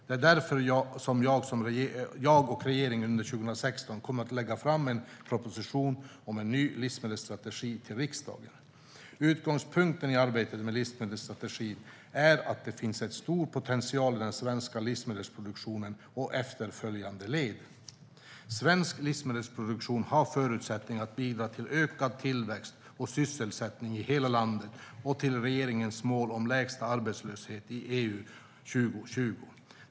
Det är därför jag och regeringen under 2016 kommer att lägga fram en proposition om en ny livsmedelsstrategi till riksdagen. Utgångspunkten i arbetet med livsmedelsstrategin är att det finns stor potential i den svenska livsmedelsproduktionen och efterföljande led. Svensk livsmedelsproduktion har förutsättningar att bidra till ökad tillväxt och sysselsättning i hela landet och till regeringens mål om lägst arbetslöshet i EU 2020.